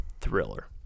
thriller